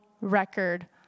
record